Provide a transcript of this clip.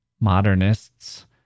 Modernists